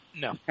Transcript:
No